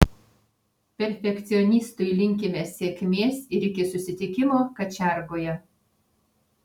perfekcionistui linkime sėkmės ir iki susitikimo kačiargoje